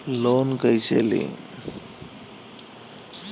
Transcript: Loan कईसे ली?